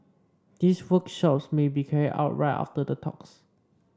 these workshops may be carried out right after the talks